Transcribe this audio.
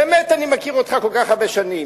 באמת, אני מכיר אותך כל כך הרבה שנים.